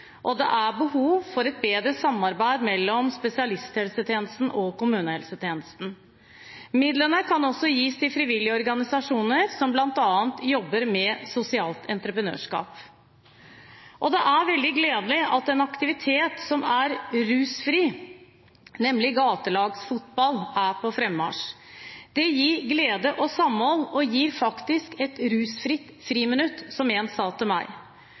og det er behov for et bedre samarbeid mellom spesialisthelsetjenesten og kommunehelsetjenesten. Midlene kan også gis til frivillige organisasjoner som bl.a. jobber med sosialt entreprenørskap. Det er veldig gledelig at en aktivitet som er rusfri, nemlig gatelagsfotball, er på fremmarsj. Det gir glede og samhold og gir faktisk et rusfritt friminutt, som en person sa til meg.